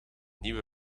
nieuwe